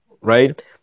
right